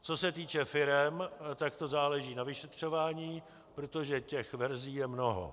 Co se týče firem, tak to záleží na vyšetřování, protože těch verzí je mnoho.